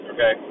Okay